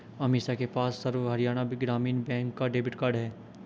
अमीषा के पास सर्व हरियाणा ग्रामीण बैंक का डेबिट कार्ड है